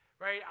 right